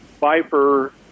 Viper